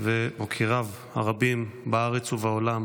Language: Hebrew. ומוקיריו הרבים בארץ ובעולם